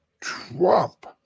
Trump